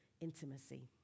intimacy